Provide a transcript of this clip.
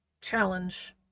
challenge